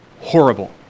horrible